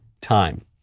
time